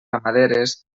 ramaderes